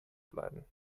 bleiben